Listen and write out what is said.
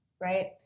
right